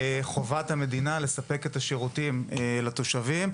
חובת המדינה לספק את השירותים לתושבים,